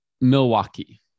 Milwaukee